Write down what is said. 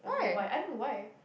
I don't know why I don't know why